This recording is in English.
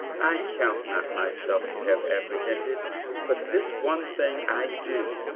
i count not myself to have apprehended but this one thing i do,